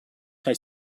kaj